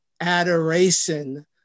adoration